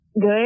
Good